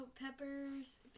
peppers